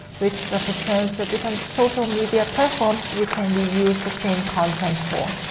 which represents the different social media platforms you can reuse the same content for.